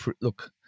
look